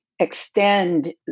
extend